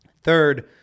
Third